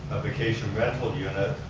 a vacation rental unit,